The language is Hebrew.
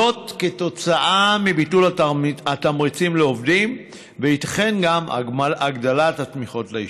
זאת כתוצאה מביטול התמריצים לעובדים וייתכן גם שמהגדלת התמיכות לישיבות.